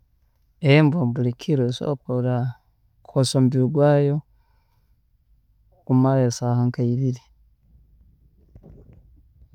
Embwa buli kilo esobola kulora, kukozesa omubiri gwayo kumara esaaha nkaibiri.